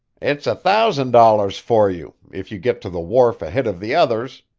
it's a thousand dollars for you if you get to the wharf ahead of the others,